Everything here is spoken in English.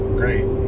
great